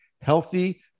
healthy